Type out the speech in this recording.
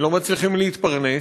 ולא מצליחים להתפרנס.